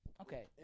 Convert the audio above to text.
Okay